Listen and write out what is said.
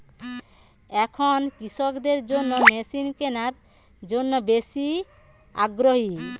এখন কৃষকদের কোন মেশিন কেনার জন্য বেশি আগ্রহী?